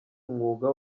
umwuga